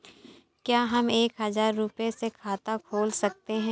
क्या हम एक हजार रुपये से खाता खोल सकते हैं?